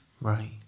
Right